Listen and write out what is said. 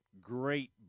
great